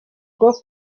rwo